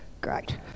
Great